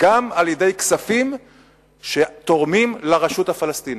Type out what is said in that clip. על-ידי כספים שתורמים לרשות הפלסטינית.